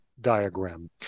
diagram